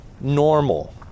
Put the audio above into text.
normal